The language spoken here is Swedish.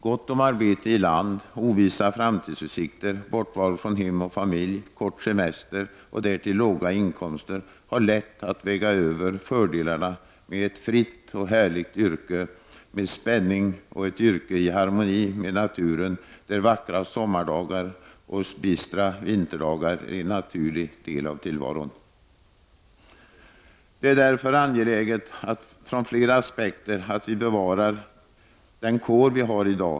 Gott om arbete i land, ovissa framtidsutsikter, bortovaro från hem och familj, kort semester och därtill låga inkomster väger lätt över fördelarna med ett fritt och härligt yrke med spänning, ett yrke i harmoni med naturen, där vackra sommardagar och bistra vinterdagar är en naturlig del av tillvaron. Det är därför från flera aspekter angeläget att vi bevarar den kår som finns i dag.